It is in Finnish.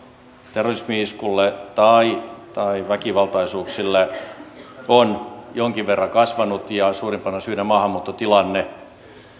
terrorismi iskulle tai tai väkivaltaisuuksille on jonkin verran kasvanut ja suurimpana syynä on maahanmuuttotilanne